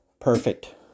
perfect